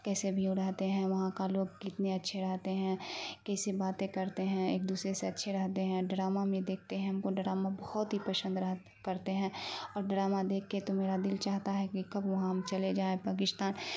کیسے بھیو رہتے ہیں وہاں کا لوگ کتنے اچھے رہتے ہیں کیسی باتیں کرتے ہیں ایک دوسرے سے اچھے رہتے ہیں ڈرامہ میں دیکھتے ہیں ہم کو ڈرامہ بہت ہی پسند رہ کرتے ہیں اور ڈرامہ دیکھ کے تو میرا دل چاہتا ہے کہ کب وہاں ہم چلے جائیں پاکستان